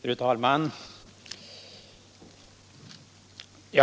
Fru talman!